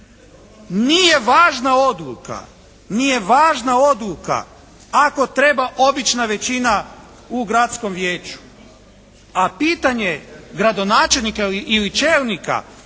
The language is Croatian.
Nije važna odluka. Nije važna odluka. Ako treba obična većina u Gradskom vijeću. A pitanje gradonačelnika ili čelnika